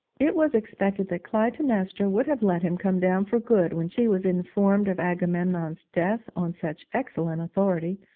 it was expected that clytemnestra would have let him come down for good when she was informed of agamemnon's death on such excellent authority,